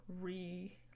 re